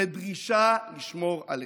בדרישה לשמור עליכם,